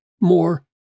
more